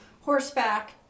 horseback